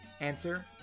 answer